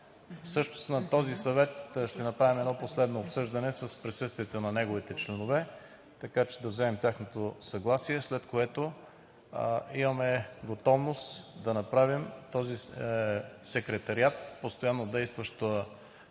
Всъщност на този съвет ще направим едно последно обсъждане с присъствието на неговите членове, така че да вземем тяхното съгласие, след което имаме готовност да направим този Секретариат постоянно действаща